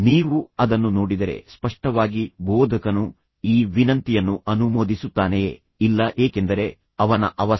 ನೀವು ಅದನ್ನು ನೋಡಿದರೆ ಸ್ಪಷ್ಟವಾಗಿ ಬೋಧಕನು ಈ ವಿನಂತಿಯನ್ನು ಅನುಮೋದಿಸುತ್ತಾನೆಯೇ ಇಲ್ಲ ಏಕೆಂದರೆ ಅವನ ಅವಸರ